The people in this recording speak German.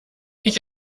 ich